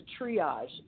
triage